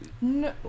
no